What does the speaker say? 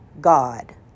God